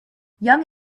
young